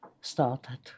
started